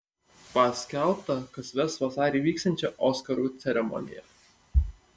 paskelbta kas ves vasarį vyksiančią oskarų ceremoniją